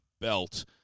belt